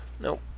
nope